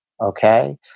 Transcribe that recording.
Okay